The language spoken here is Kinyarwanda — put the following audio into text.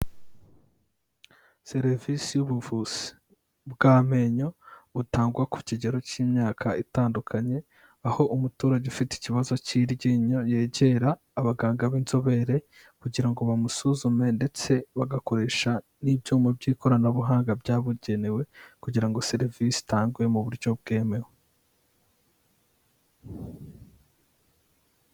Serivisi y'ubuvuzi bw'amenyo butangwa ku kigero cy'imyaka itandukanye, aho umuturage ufite ikibazo cy'iryinyo yegera abaganga b'inzobere kugira ngo bamusuzume ndetse bagakoresha n'ibyuma by'ikoranabuhanga byabugenewe kugira ngo serivisi itangwe mu buryo bwemewe.